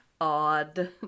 odd